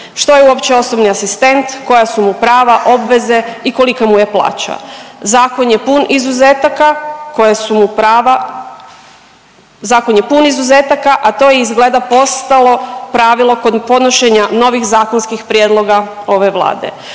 Što je uopće osobni asistent, koja su mu prava, obveze i kolika mu je plaća. Zakon je pun izuzetaka koja su mu prava, zakon je pun izuzetaka, a to je izgleda postalo pravilo kod podnošenja novih zakonskih prijedloga ove Vlade.